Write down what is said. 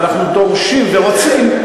ואנחנו דורשים ורוצים,